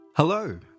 Hello